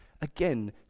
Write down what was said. Again